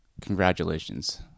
congratulations